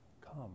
come